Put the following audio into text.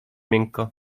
miękko